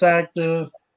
active